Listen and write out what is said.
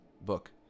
book